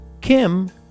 Kim